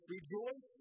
Rejoice